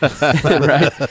Right